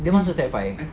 dia masuk sec five